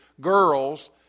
girls